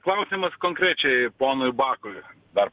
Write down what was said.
klausimas konkrečiai ponui bakui dar